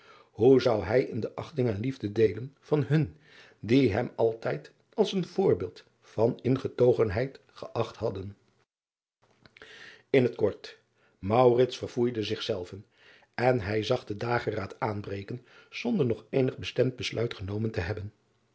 hoe zou hij in de achting en liefde deelen van hun die hem altijd als een voorbeeld van ingetogenheid geacht hadden n het kort verfoeide zichzelven en hij zag den dageraad aanbreken zonder nog eenig bestemd besluit genomen te hebben